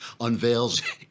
unveils